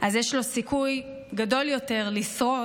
אז יש לו סיכוי גדול יותר לשרוד.